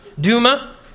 Duma